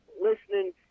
listening